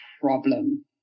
problem